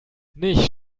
nicht